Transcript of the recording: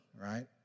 right